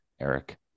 Eric